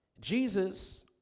Jesus